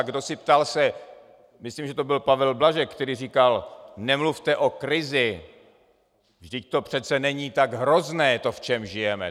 Kdosi se ptal, myslím, že to byl Pavel Blažek, který říkal: Nemluvte o krizi, vždyť to přece není tak hrozné, to, v čem žijeme.